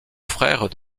frère